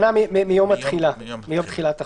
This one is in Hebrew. שנה מיום תחילת החוק.